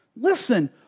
Listen